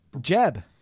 Jeb